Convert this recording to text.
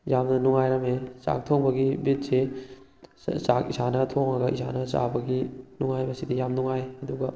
ꯌꯥꯝꯅ ꯅꯨꯡꯉꯥꯏꯔꯝꯃꯤ ꯆꯥꯛ ꯊꯣꯡꯕꯒꯤ ꯕꯤꯠꯁꯤ ꯆꯥꯛ ꯏꯁꯥꯅ ꯊꯣꯡꯉꯒ ꯏꯁꯥꯅ ꯆꯥꯕꯒꯤ ꯅꯨꯡꯉꯥꯏꯕꯁꯤꯗꯤ ꯌꯥꯝ ꯅꯨꯡꯉꯥꯏ ꯑꯗꯨꯒ